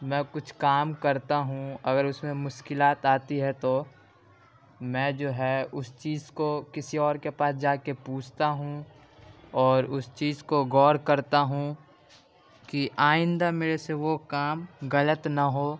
میں کچھ کام کرتا ہوں اگر اس میں مشکلات آتی ہے تو میں جو ہے اس چیز کو کسی اور کے پاس جا کے پوچھتا ہوں اور اس چیز کو غور کرتا ہوں کہ آئندہ میرے سے وہ کام غلط نہ ہو